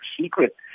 secret